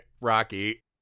Rocky